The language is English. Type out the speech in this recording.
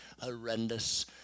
Horrendous